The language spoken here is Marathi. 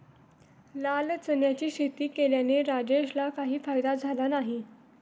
लाल चण्याची शेती केल्याने राजेशला काही फायदा झाला नाही